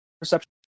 perception